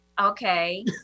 okay